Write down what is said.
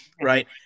right